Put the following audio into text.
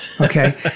Okay